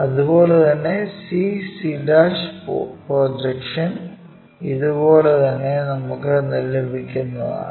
അതുപോലെ തന്നെ c c' projection ഇത് പോലെ തന്നെ നമുക്ക് ലഭിക്കുന്നതാണ്